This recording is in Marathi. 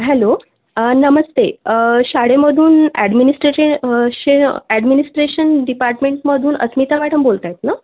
हॅलो नमस्ते शाळेमधून ॲडमिनिस्ट्रेरेशे शे ॲडमिनिस्ट्रेशन डिपार्टमेंटमधून अस्मिता मॅडम बोलत आहेत ना